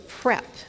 prep